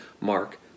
Mark